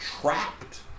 trapped